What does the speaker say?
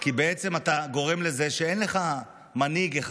כי בעצם אתה גורם לזה שאין לך מנהיג אחד,